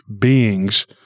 beings